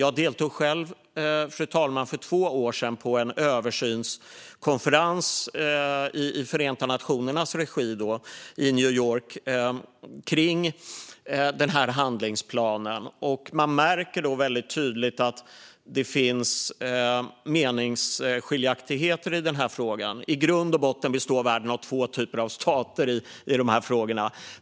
Jag deltog själv, fru talman, för två år sedan i en översynskonferens i Förenta Nationernas regi i New York om denna handlingsplan. Man märker tydligt att det finns meningsskiljaktigheter i frågan. I grund och botten består världen av två typer av stater i de här frågorna.